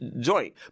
joint